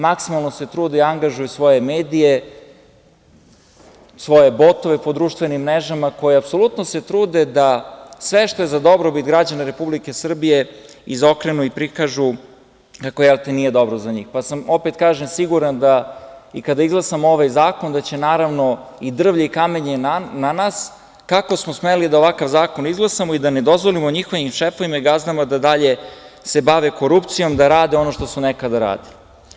Maksimalno se trude i angažuju svoje medije, svoje botove po društvenim mrežama, koji se trude da sve što je za dobrobit građana Republike Srbije izokrenu i prikažu kako nije dobro za njih, pa sam siguran i kada izglasamo ovaj zakon da će i drvlje i kamenje na nas, kako smo smeli da ovakav zakon izglasamo i da ne dozvolimo njihovim šefovima i gazdama da dalje se bave korupcijom, da rade ono što su nekada radili.